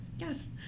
Yes